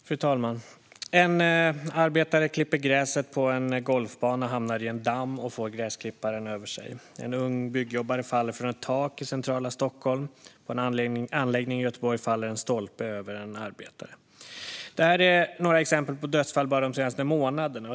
Fru talman! En arbetare klipper gräset på en golfbana, hamnar i en damm och får gräsklipparen över sig. En ung byggjobbare faller från ett tak i centrala Stockholm. På en anläggning i Göteborg faller en stolpe över en arbetare. Detta är några exempel på dödsfall bara de senaste månaderna.